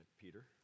Peter